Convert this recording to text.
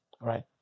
right